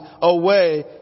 away